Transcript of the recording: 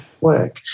work